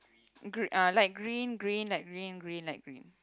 gr~ uh light green green light green green light green